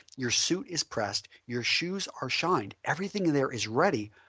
your suit is pressed, your shoes are shined, everything there is ready,